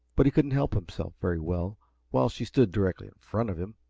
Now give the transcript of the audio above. but he couldn't help himself very well while she stood directly in front of him.